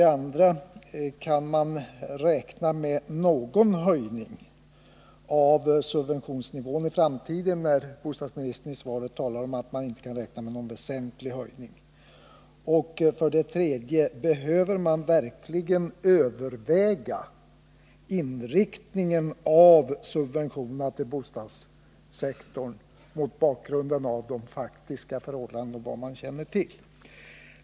Kan man räkna med någon höjning av subventionsnivån i framtiden när bostadsministern talar om att man inte kan räkna med någon väsentlig höjning? 3. Behöver man verkligen överväga inriktningen av subventionerna på bostadssektorn mot bakgrunden av de faktiska förhållandena och vad man känner till?